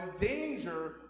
danger